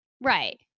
Right